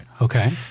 Okay